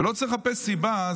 ולא צריך לחפש סיבה,